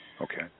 Okay